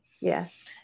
Yes